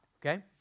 okay